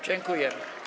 Dziękuję.